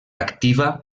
activa